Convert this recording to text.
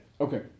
Okay